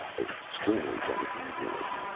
a strange uneasiness,